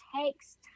takes